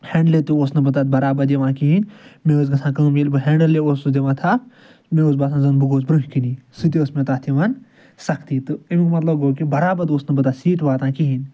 ہیٚنٛڈلہِ تہِ اوسُس نہٕ بہٕ تَتھ برابر یِوان کِہیٖنۍ مےٚ ٲسۍ گژھان کٲم ییٚلہِ بہٕ ہیٚنٛڈلہِ اوسُس دِوان تھپھ مےٚ اوس باسان زَن بہٕ گوس برٛونہۍ کِنی سُہ تہِ اوس مےٚ تَتھ یِوان سَختی تہٕ اَمیٛک مطلب گوٚو کہِ برابر اوسُس نہٕ بہٕ تَتھ سیٖٹہِ واتان کِہیٖنۍ